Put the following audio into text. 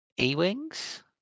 E-Wings